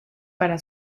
para